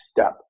step